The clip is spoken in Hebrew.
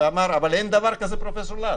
ואמר אבל אין דבר כזה פרופ' לס.